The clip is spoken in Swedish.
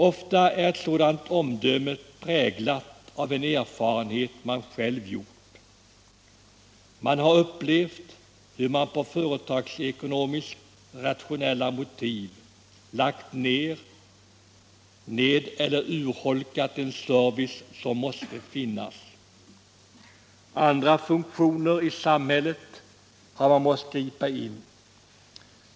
Ofta är ett sådant omdöme grundat på den erfarenhet man själv haft. Man har upplevt hur med företagsekonomiskt rationella motiv den service som måste finnas lagts ner eller urholkats och att ingrepp gjorts i andra funktioner i samhället.